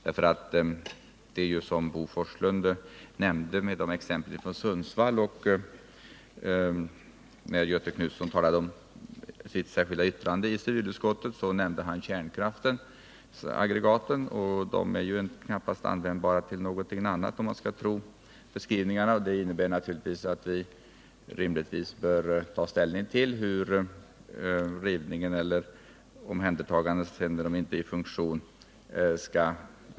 Bo Forslund angav exempel från Sundsvall och Göthe Knutson talade om kärnkraftsaggregaten. Dessa är ju knappast användbara till någonting annat när de upphör som elproduktionsanläggningar. Det innebär att vi rimligtvis bör ta ställning till vem som skall betala omhändertagandet då de inte är i funktion.